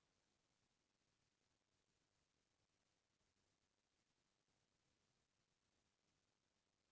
कुछु भी काम बूता बर उधारी म पइसा चाही त एके घइत म झटकुन नइ मिल जाय